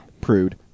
prude